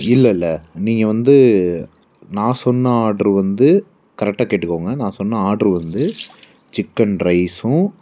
இல்லைல்ல நீங்கள் வந்து நான் சொன்ன ஆர்டர் வந்து கரெக்டாக கேட்டுக்கோங்க நான் சொன்ன ஆர்டரு வந்து சிக்கன் ரைஸும்